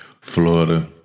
Florida